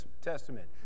Testament